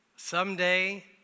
Someday